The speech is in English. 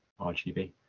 RGB